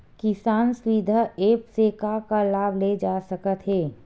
किसान सुविधा एप्प से का का लाभ ले जा सकत हे?